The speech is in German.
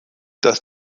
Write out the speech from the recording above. das